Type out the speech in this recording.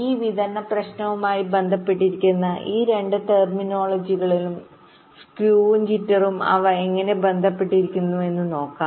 ഈ വിതരണ പ്രശ്നവുമായി ബന്ധപ്പെട്ടിരിക്കുന്ന ഈ രണ്ട് ടെർമിനോളജികളും സ്കൌവും ജിറ്ററും അവ എങ്ങനെ ബന്ധപ്പെട്ടിരിക്കുന്നു എന്ന് നമുക്ക് നോക്കാം